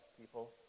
people